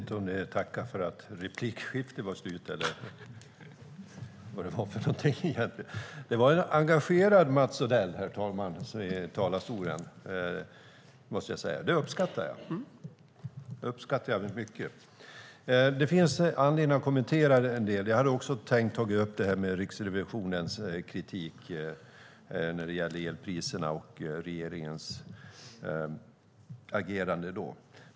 Herr talman! Det var en engagerad Mats Odell i talarstolen. Det uppskattar jag mycket. Det finns anledning att kommentera en del. Jag hade också tänkt ta upp Riksrevisionens kritik när det gäller elpriserna och regeringens agerande.